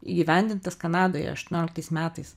įgyvendintas kanadoje aštuonioliktais metais